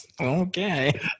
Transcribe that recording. okay